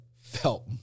felt